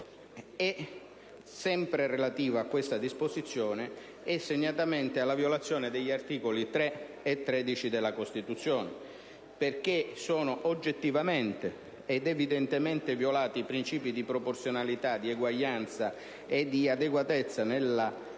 è sempre relativo a questa disposizione e, segnatamente, alla violazione degli articoli 3 e 13 della Costituzione. Sono, infatti, oggettivamente ed evidentemente violati i princìpi di proporzionalità, di eguaglianza e di adeguatezza nella applicazione